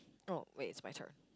no wait it's my turn